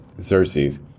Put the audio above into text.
Xerxes